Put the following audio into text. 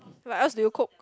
what else do you cook